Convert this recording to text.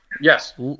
Yes